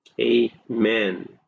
Amen